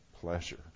pleasure